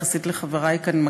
יחסית לחברי כאן,